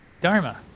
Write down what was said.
Dharma